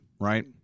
right